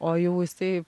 o jau jisai